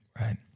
Right